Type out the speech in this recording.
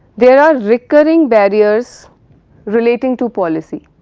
there are recurring barriers relating to policy